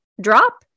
drop